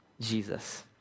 Jesus